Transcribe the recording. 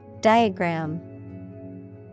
Diagram